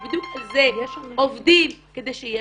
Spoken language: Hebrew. אנחנו בדיוק על זה עובדים כדי שיהיה.